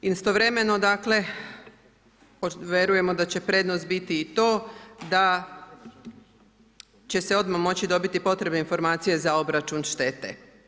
Istovremeno dakle, vjerujemo da će prednosti biti i to da će odmah moći dobiti potrebne informacije za obračun štete.